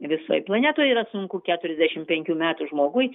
visoj planetoj yra sunku keturiasdešimt penkių metų žmogui